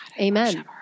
Amen